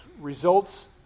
results